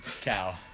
cow